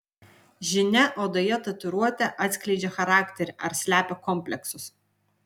žinia odoje tatuiruotė atskleidžia charakterį ar slepia kompleksus